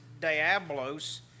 Diablos